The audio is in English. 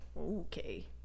Okay